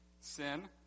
sin